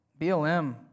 BLM